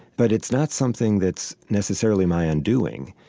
but it's not something that's necessarily my undoing.